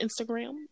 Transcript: Instagram